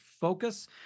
focus